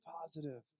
positive